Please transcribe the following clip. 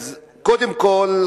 קודם כול,